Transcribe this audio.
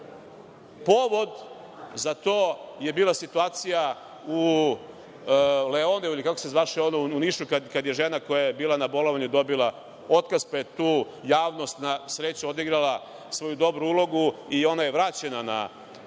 Povod za to je bila situacija u onoj firmi „Leonu“ u Nišu, kada je ona žena koja je bila na bolovanju, dobila otkaz, pa je tu javnost, na sreću, odigrala svoju dobru ulogu i ona je vraćena na